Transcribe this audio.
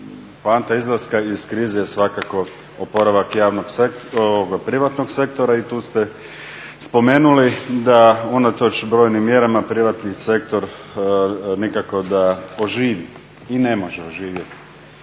poanta izlaska iz krize je svakako oporavak privatnog sektora. I tu ste spomenuli da unatoč brojnim mjerama privatni sektor nikako da oživi i ne može oživjeti.